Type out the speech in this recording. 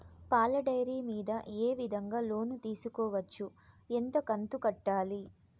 పాల డైరీ మీద ఏ విధంగా లోను తీసుకోవచ్చు? ఎంత కంతు కట్టాలి?